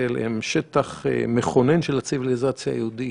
הם שטח מכונן של הציוויליזציה היהודית.